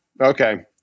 Okay